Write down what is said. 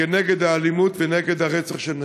כנגד האלימות ונגד הרצח של נשים.